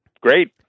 Great